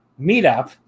meetup